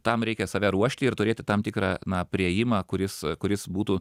tam reikia save ruošti ir turėti tam tikrą na priėjimą kuris kuris būtų